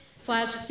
slash